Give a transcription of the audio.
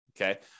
okay